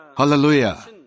Hallelujah